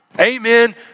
amen